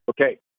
Okay